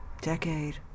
decade